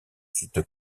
suite